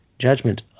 judgment